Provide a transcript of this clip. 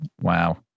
Wow